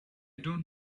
don’t